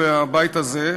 והבית הזה,